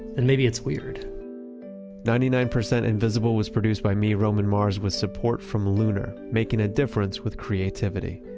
then maybe it's weird ninety nine percent invisible was produced by me, roman mars with support from lunar, making a difference with creativity.